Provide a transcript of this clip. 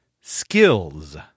skills